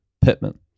Pittman